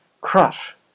crush